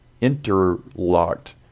interlocked